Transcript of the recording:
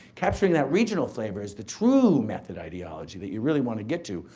capturing that regional flavor is the true method ideology that you really wanna get to,